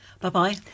Bye-bye